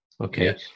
okay